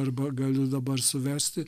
arba galiu dabar suvesti